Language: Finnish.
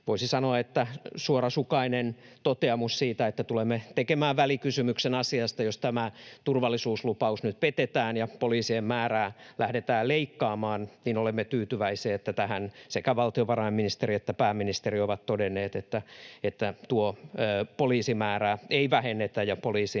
voisi sanoa, suorasukaiseen toteamukseen siitä, että tulemme tekemään välikysymyksen asiasta, jos tämä turvallisuuslupaus nyt petetään ja poliisien määrää lähdetään leikkaamaan, sekä valtiovarainministeri että pääministeri ovat todenneet, että tuota poliisimäärää ei vähennetä ja poliisin